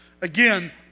Again